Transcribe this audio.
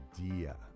idea